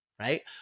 right